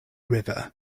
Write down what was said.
river